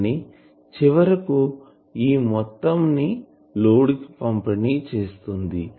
కానీ చివరకు ఈ మొత్తం ని లోడ్ కి పంపిణి చేస్తుంది